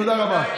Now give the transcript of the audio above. תודה רבה.